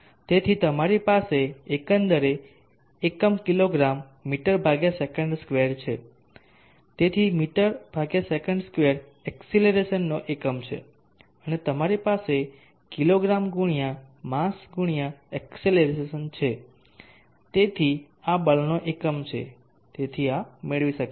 તેથી તમારી પાસે એકંદરે એકમ કિલોગ્રામ મીસે2 છે તેથી મીસે2 એક્સિલરેશન નો એકમ છે અને તમારી પાસે કિલોગ્ર્રમ ગુણ્યા માસ ગુણ્યા એક્સિલરેશન છે તેથી આ બળનો એકમ છે તેથી આ મેળવી શકાય છે